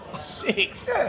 Six